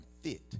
fit